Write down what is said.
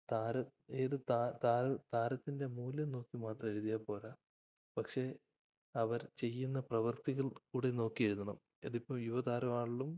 താരത്തിൻ്റെ മൂല്യം നോക്കി മാത്രം എഴുതിയാല്പ്പോരാ പക്ഷെ അവർ ചെയ്യുന്ന പ്രവൃത്തികൾ കൂടി നോക്കി എഴുതണം അതിപ്പോള് യുവ താരമാണേലും